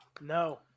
No